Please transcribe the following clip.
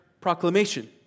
proclamation